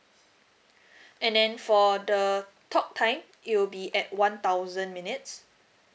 and then for the talk time it will be at one thousand minutes